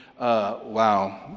wow